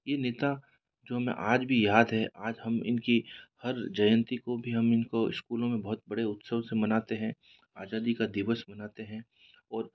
ये नेता जो मैं आज भी याद है आज हम इनकी हर जयंती को भी हम इनको स्कूलों में बहुत बड़े उत्सव से मनाते हैं आजादी का दिवस मनाते हैं और